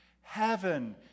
Heaven